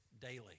daily